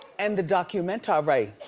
and the documentary.